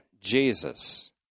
Jesus